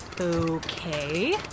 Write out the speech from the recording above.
Okay